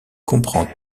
comprend